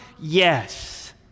Yes